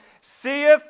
seeth